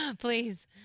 Please